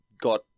got